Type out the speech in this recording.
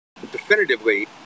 definitively